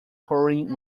pouring